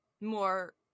more